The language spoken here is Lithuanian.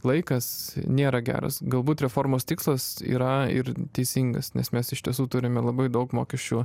laikas nėra geras galbūt reformos tikslas yra ir teisingas nes mes iš tiesų turime labai daug mokesčių